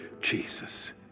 Jesus